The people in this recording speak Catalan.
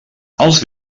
els